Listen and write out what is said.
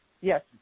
Yes